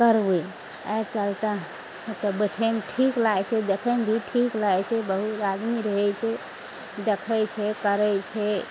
करबइ अइ चलते बैठयमे ठीक लागय छै देखयमे भी ठीक लागय छै बहुत आदमी रहय छै देखय छै करय छै